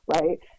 right